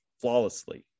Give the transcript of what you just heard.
flawlessly